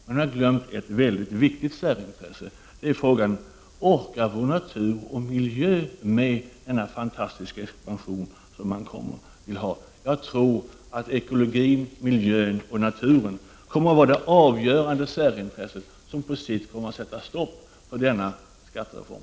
Men man har glömt ett mycket viktigt särintresse, nämligen människors intresse för natur och miljö i den fantastiska expansion som man vill uppnå. Jag tror att ekologin, miljön och naturen kommer att bli det avgörande särintresse som på sikt sätter stopp för denna skattereform.